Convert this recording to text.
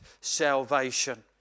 salvation